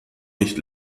nicht